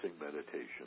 meditation